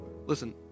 Listen